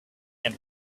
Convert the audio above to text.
and